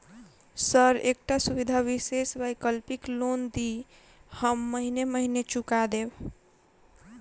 Sir एकटा सुविधा विशेष वैकल्पिक लोन दिऽ हम महीने महीने चुका देब?